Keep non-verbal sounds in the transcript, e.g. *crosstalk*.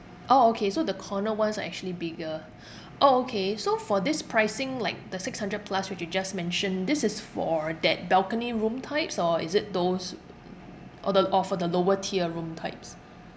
orh okay so the corner ones are actually bigger orh okay so for this pricing like the six hundred plus which you just mentioned this is for that balcony room types or is it those *noise* or the or for the lower tier room types